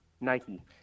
Nike